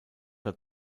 das